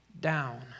down